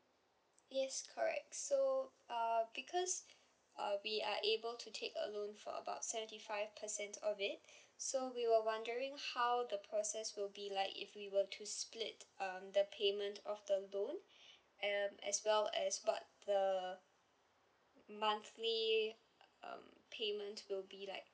yes correct so uh because uh we are able to take a loan for about seventy five percent of it so we were wondering how the process will be like if we were to split um the payment of the loan um as well as what the monthly um payment will be like